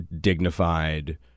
dignified